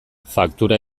faktura